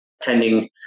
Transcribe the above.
attending